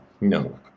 No